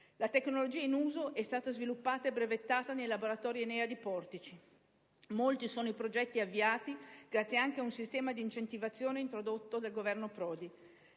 La tecnologia in uso è stata sviluppata e brevettata nei laboratori ENEA di Portici. Molti sono i progetti avviati, grazie anche a un sistema di incentivazione introdotto dal Governo Prodi.